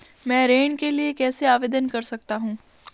मैं ऋण के लिए कैसे आवेदन कर सकता हूं?